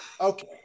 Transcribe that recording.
Okay